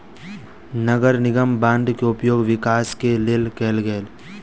नगर निगम बांड के उपयोग विकास के लेल कएल गेल